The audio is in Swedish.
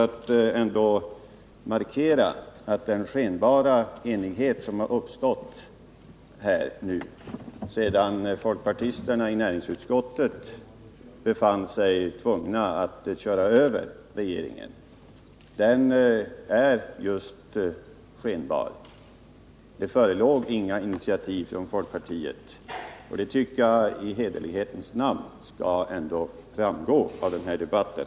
Jag ville peka på den skenbara enighet som har uppstått här, sedan nu folkpartisterna i näringsutskottet fann sig tvungna att köra över regeringen, och markera att enigheten är just skenbar. Det förelåg inga initiativ från folkpartiet. Detta bör i hederlighetens namn sägas också i den här debatten.